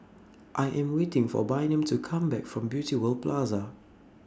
I Am waiting For Bynum to Come Back from Beauty World Plaza